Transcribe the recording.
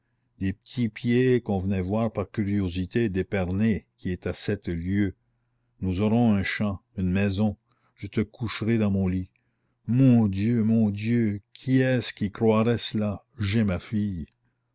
des petits pieds qu'on venait voir par curiosité d'épernay qui est à sept lieues nous aurons un champ une maison je te coucherai dans mon lit mon dieu mon dieu qui est-ce qui croirait cela j'ai ma fille